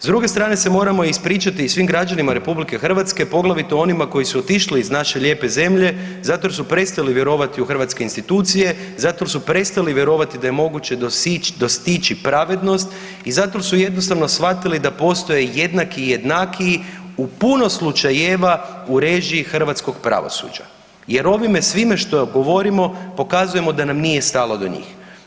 S druge strane se moramo ispričati i svim građanima RH, poglavito onima koji su otišli iz naše lijepe zemlje zato jer su prestali vjerovati u hrvatske institucije, zato jer su prestali vjerovati da je moguće dostići pravednost i zato jer su jednostavno shvatili da postoje jednaki i jednakiji u puno slučajeva u režiji hrvatskog pravosuđa jer ovime svime što govorimo pokazujemo da nam nije stalo do njih.